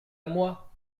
moi